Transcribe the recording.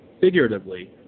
figuratively